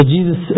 Jesus